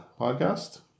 podcast